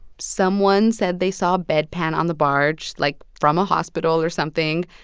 someone said they saw a bedpan on the barge, like, from a hospital or something,